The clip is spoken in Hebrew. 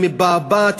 היא מבעבעת,